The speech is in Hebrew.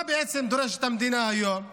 מה בעצם דורשת המדינה היום?